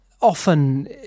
often